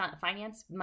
finance